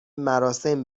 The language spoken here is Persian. مراسم